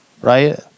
right